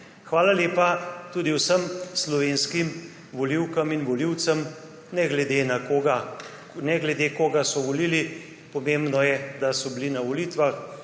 Hvala lepa tudi vsem slovenskim volivkam in volivcem, ne glede na to, koga so volili, pomembno je, da so bili na volitvah.